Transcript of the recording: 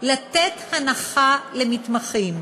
לתת הנחה למתמחים,